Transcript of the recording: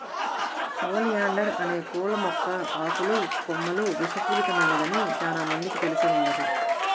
oleander అనే పూల మొక్క ఆకులు, కొమ్మలు విషపూరితమైనదని చానా మందికి తెలిసి ఉండదు